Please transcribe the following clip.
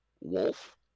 wolf